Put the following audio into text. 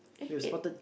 eh eight